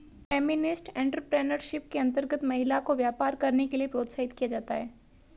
feminist entrepreneurship के अंतर्गत महिला को व्यापार करने के लिए प्रोत्साहित किया जाता है